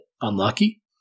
unlucky